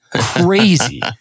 crazy